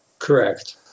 Correct